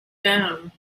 down